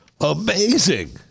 Amazing